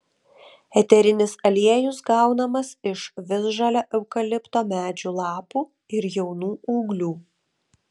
eterinis aliejus gaunamas iš visžalio eukalipto medžio lapų ir jaunų ūglių